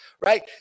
right